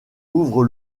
ouvre